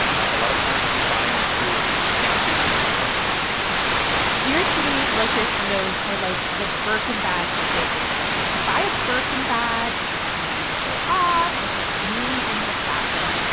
a lot of them are buying fewer fancy apartments in new york city new york city luxury condos are like the birkin bag of global real estate. you buy a birkin bag if you have the money to show off or if you're really into fashion.